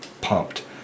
pumped